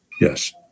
Yes